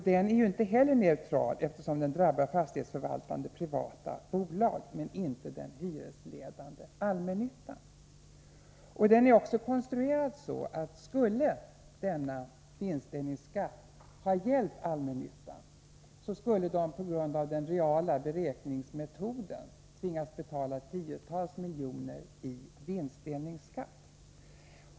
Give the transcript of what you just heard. Den är inte heller neutral, eftersom den drabbar fastighetsförvaltande privata bolag, men inte den hyresledande allmännyttan. Den är också konstruerad så att om den skulle ha gällt allmännyttan skulle dessa på grund av den reala beräkningsmetoden tvingas betala tiotals miljoner i vinstdelningsskatt.